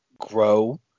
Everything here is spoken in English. grow